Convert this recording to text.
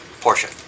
portion